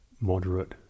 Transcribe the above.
moderate